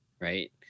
right